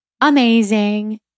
amazing